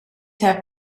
have